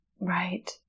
right